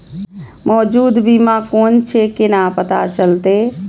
मौजूद बीमा कोन छे केना पता चलते?